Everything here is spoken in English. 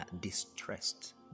distressed